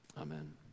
Amen